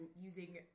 using